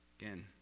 Again